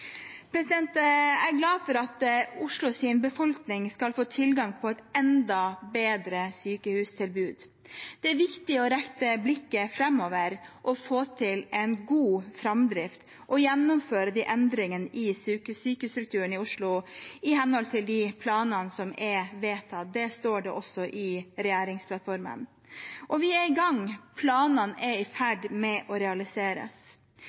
Jeg er glad for at Oslos befolkning skal få tilgang på et enda bedre sykehustilbud. Det er viktig å rette blikket framover og få til en god framdrift og gjennomføre endringene i sykehusstrukturen i Oslo i henhold til de planene som er vedtatt. Det står det også i regjeringsplattformen. Vi er i gang. Planene er i ferd med å realiseres.